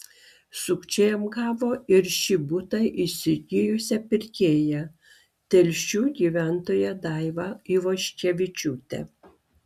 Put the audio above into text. sukčiai apgavo ir šį butą įsigijusią pirkėją telšių gyventoją daivą ivoškevičiūtę